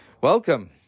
Welcome